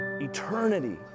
eternity